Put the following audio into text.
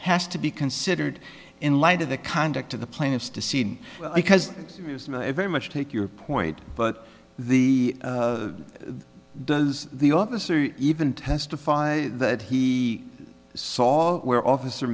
has to be considered in light of the conduct of the plaintiffs the scene because it very much take your point but the does the officer even testify that he saw where officer